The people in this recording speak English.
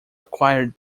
acquired